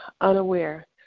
unaware